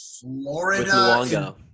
Florida